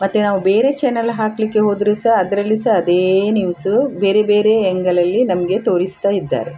ಮತ್ತು ನಾವು ಬೇರೆ ಚೆನಲ್ ಹಾಕಲಿಕ್ಕೆ ಹೋದರೆ ಸಹ ಅದರಲ್ಲಿ ಸಹ ಅದೇ ನ್ಯೂಸು ಬೇರೆ ಬೇರೆ ಎಂಗಲಲ್ಲಿ ನಮಗೆ ತೋರಿಸ್ತಾ ಇದ್ದಾರೆ